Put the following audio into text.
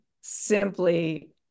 simply